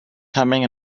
coming